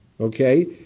Okay